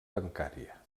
bancària